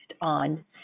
on